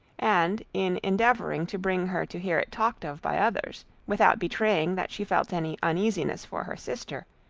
and in endeavouring to bring her to hear it talked of by others, without betraying that she felt any uneasiness for her sister,